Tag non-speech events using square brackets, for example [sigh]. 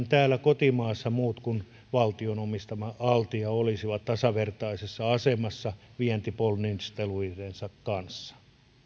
[unintelligible] täällä kotimaassa muut kuin valtion omistama altia olisivat tasavertaisessa asemassa vientiponnisteluidensa kanssa